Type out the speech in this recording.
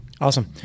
Awesome